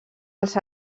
els